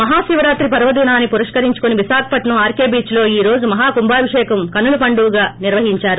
మహాశివరాత్రి పర్వదినాన్ని పురప్కరించుకుని Visakhapatnam RK బీచ్లో ఈ రోజు మహాకుంభాభిషేకం కనుల పండువుగా నిర్వహించారు